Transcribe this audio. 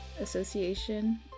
association